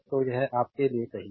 तो यह आपके लिए सही है